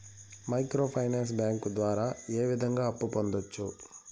micro finance bank ద్వారా ఏ విధంగా అప్పు పొందొచ్చు